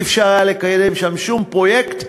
אי-אפשר היה לקיים שם שום פרויקט,